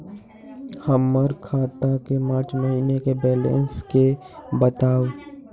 हमर खाता के मार्च महीने के बैलेंस के बताऊ?